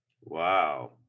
Wow